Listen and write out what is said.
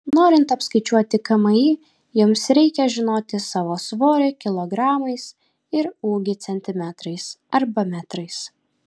norint apskaičiuoti kmi jums reikia žinoti savo svorį kilogramais ir ūgį centimetrais arba metrais